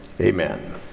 amen